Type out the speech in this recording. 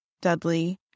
Dudley